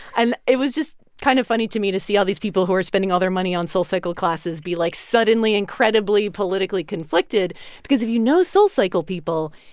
and it was just kind of funny to me to see all these people who are spending all their money on soulcycle classes be, like, suddenly incredibly politically conflicted because if you know soulcycle people,